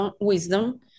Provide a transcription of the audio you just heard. wisdom